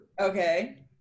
Okay